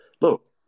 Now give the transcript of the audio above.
Look